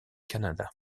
canada